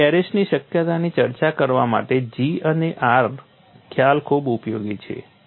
તેથી એરેસ્ટની શક્યતાની ચર્ચા કરવા માટે G અને R ખ્યાલ ખૂબ ઉપયોગી છે